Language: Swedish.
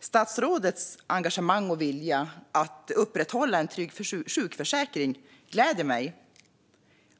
Statsrådets engagemang och vilja att upprätthålla en trygg sjukförsäkring gläder mig.